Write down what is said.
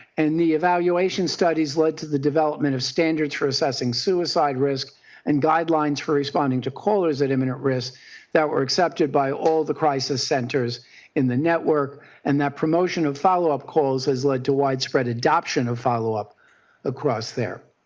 and the evaluation studies led to the development of standards for assessing suicide risk and guidelines for responding to callers at imminent risk that were accepted by all the crisis centers in the network and that promotion of follow-up calls has led to widespread adoption of follow up across there.